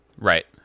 Right